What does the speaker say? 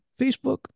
Facebook